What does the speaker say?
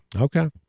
Okay